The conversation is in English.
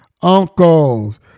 uncles